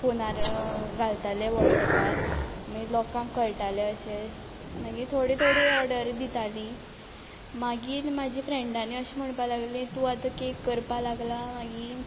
फोनार घालतालें वॉट्सेपार मागीर लोकांक कळटालें अशें मागीर थोड्यो थोड्यो ऑर्डरी दितालीं मागीर म्हजे फ्रेंडांनी अशें म्हणपाक लागलीं तूं आतां कॅक करपा लागलां